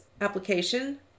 application